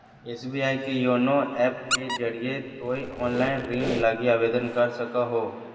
SBI के YONO app के जरिए तोय ऑनलाइन ऋण लगी आवेदन कर सको हो